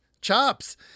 chops